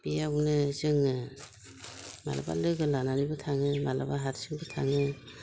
बेयावनो जोङो माब्लाबा लोगो लानानैबै थाङो माब्लाबा हारसिंबो थाङो